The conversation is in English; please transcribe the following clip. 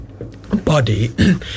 body